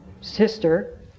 sister